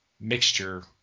mixture